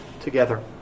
together